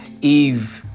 Eve